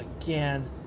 Again